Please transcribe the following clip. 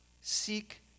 seek